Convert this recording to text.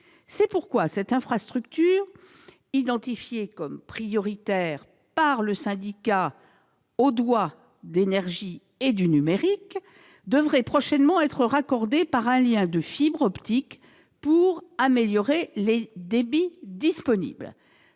C'est pourquoi cette infrastructure, identifiée comme prioritaire par le syndicat audois d'énergies & du numérique, devrait prochainement être raccordée par un lien de fibre optique pour améliorer les débits disponibles.